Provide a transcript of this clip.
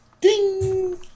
Ding